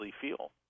feel